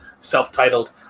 self-titled